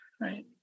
Right